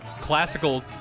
classical